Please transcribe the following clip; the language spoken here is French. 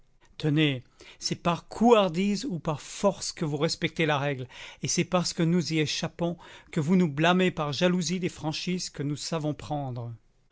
tenez c'est par couardise ou par force que vous respectez la règle et c'est parce que nous y échappons que vous nous blâmez par jalousie des franchises que nous savons prendre